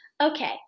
Okay